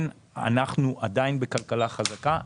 אנחנו עדיין בכלכלה חזקה,